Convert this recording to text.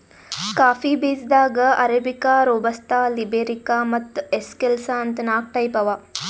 coffee ಬೀಜಾದಾಗ್ arabica, robusta, liberica ಮತ್ತ್ excelsa ಅಂತ್ ನಾಕ್ ಟೈಪ್ ಅವಾ